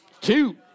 Two